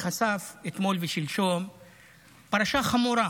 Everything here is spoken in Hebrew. חשף אתמול ושלשום פרשה חמורה